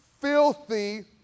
filthy